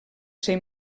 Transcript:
ser